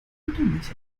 buttermilch